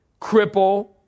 cripple